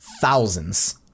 thousands